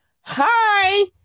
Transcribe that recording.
hi